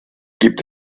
gibt